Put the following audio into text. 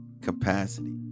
capacity